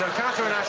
katherine,